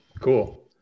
Cool